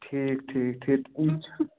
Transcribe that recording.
ٹھیٖک ٹھیٖک ٹھیٖک